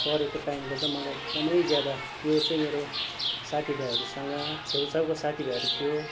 पढेको टाइमको चाहिँ एकदमै ज्यादा त्यो चाहिँ मेरो साथी भाइहरूसँग छेउछाउको साथी भाइहरू थियो